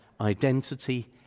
identity